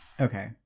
okay